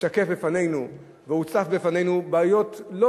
השתקף בפנינו והוצפו בפנינו בעיות לא